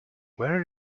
where